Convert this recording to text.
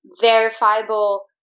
verifiable